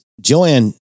Joanne